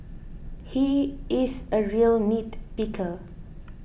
he is a real nitpicker